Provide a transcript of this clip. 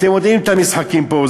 אתם יודעים את המשחקים פה,